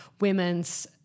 women's